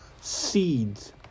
seeds